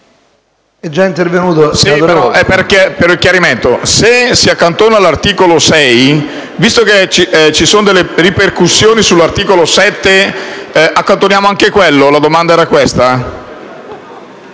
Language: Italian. È già intervenuto